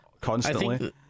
constantly